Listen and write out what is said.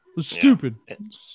Stupid